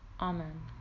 Amen